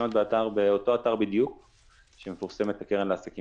באותו אתר בדיוק שמפורסמת הקרן לעסקים